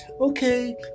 okay